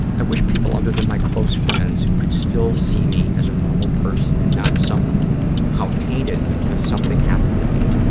i wish people other than my close friends could still see me as a normal person and not how tainted because something happened to me.